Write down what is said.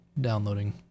downloading